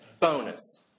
bonus